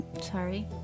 Sorry